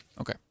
Okay